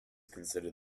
considered